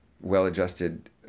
well-adjusted